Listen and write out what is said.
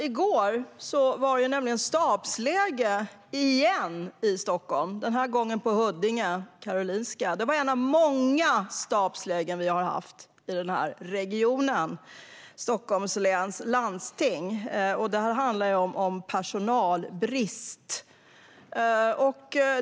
I går var det nämligen stabsläge - igen - i Stockholm, den här gången på Karolinska i Huddinge. Det är ett av många stabslägen vi har haft i regionen, i Stockholms läns landsting. Det handlar om personalbrist.